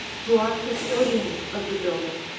who are custodians of the building,